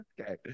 Okay